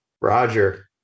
Roger